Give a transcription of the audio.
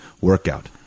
workout